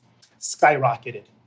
skyrocketed